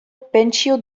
pentsio